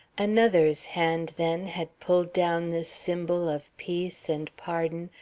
another's hand, then, had pulled down this symbol of peace and pardon,